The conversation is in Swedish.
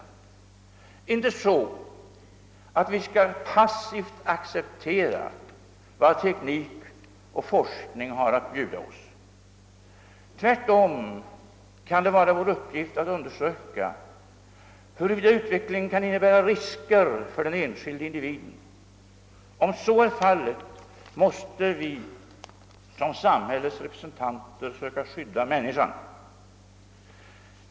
Men det är inte så att vi skall passivt acceptera vad teknik och forskning har att bjuda oss. Tvärtom kan det vara vår uppgift att undersöka huruvida utvecklingen kan innebära risker för den enskilde individen. Om så är fallet måst vi som samhällets representanter söka skydda människan.